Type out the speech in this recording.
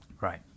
Right